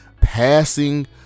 passing